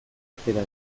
atera